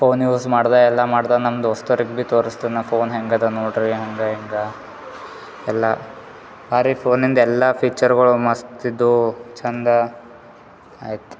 phone use ಮಾಡಿದೆ ಎಲ್ಲ ಮಾಡ್ದೆ ನಮ್ಮ ದೋಸ್ತರಿಗೆ ಬಿ ತೋರ್ಸ್ತನ ಆ ಫೋನ್ ಹ್ಯಾಂಗದ ನೋಡ್ರಿ ಹಂಗೆ ಹಿಂಗೆ ಎಲ್ಲ ಆರೇ ಫೋನಿಂದ ಎಲ್ಲ ಫೀಚರ್ಗಳು ಮಸ್ತ್ ಇದ್ದವ್ ಚಂದ ಆಯ್ತು